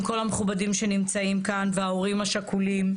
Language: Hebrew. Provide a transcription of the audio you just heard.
כל המכובדים שנמצאים כאן וההורים השכולים.